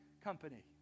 company